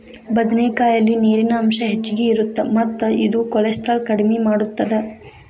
ಬದನೆಕಾಯಲ್ಲಿ ನೇರಿನ ಅಂಶ ಹೆಚ್ಚಗಿ ಇರುತ್ತ ಮತ್ತ ಇದು ಕೋಲೆಸ್ಟ್ರಾಲ್ ಕಡಿಮಿ ಮಾಡತ್ತದ